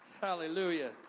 Hallelujah